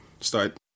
start